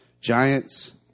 Giants